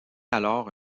alors